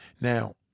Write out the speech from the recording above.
Now